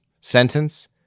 sentence